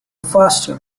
faster